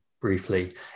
briefly